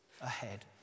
ahead